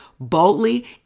boldly